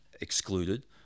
excluded